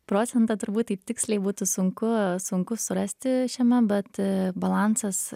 procentą turbūt taip tiksliai būtų sunku sunku surasti šiame bet balansas